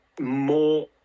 more